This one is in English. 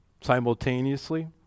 simultaneously